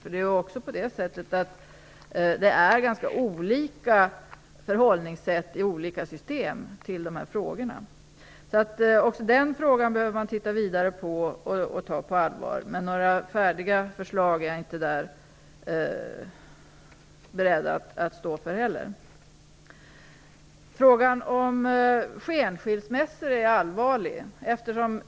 Förhållningssätten till dessa frågor är ju ganska olika i de olika systemen. Också den frågan behöver man se vidare på och ta på allvar. Men några färdiga förslag är jag inte heller här beredd att stå för. Frågan om skenskilsmässor är allvarlig.